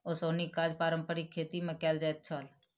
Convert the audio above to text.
ओसौनीक काज पारंपारिक खेती मे कयल जाइत छल